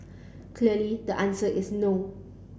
clearly the answer is no